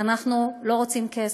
אנחנו לא רוצים כסף,